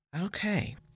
okay